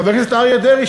חבר הכנסת אריה דרעי,